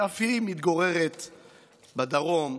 שאף היא מתגוררת בדרום,